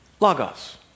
logos